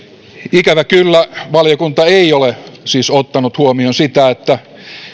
ikävä kyllä valiokunta ei ole siis ottanut huomioon sitä että